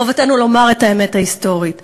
חובתנו לומר את האמת ההיסטורית,